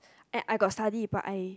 I I got study but I